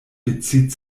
bezieht